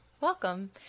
welcome